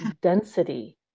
density